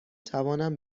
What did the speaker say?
توانم